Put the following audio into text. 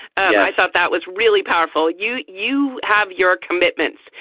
i thought that was really powerful. you. you have your commitments.